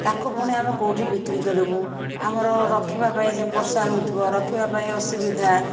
ତା'କୁ ପୁଣି ଆମେ କେଉଁଠି ବିକ୍ରି କରିବୁ ଆମର ରଖିବା ପାଇଁ ବର୍ଷା ହେଉଥିବ ରଖିବା ପାଇଁ ଅସୁବିଧା